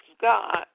God